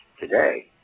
today